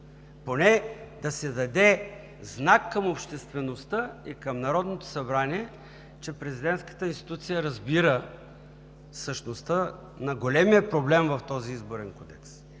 Поне да се даде знак към обществеността и към Народното събрание, че президентската институция разбира същността на големия проблем в този Изборен кодекс